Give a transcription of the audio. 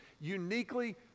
uniquely